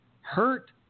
hurt